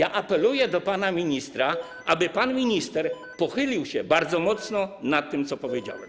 Apeluję do pana ministra, aby pan minister pochylił się bardzo mocno nad tym, co powiedziałem.